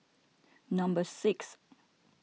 number six